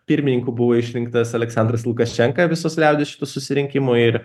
pirmininku buvo išrinktas aleksandras lukaščenka visos liaudies šitu susirinkimu ir